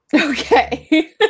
Okay